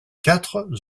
quatre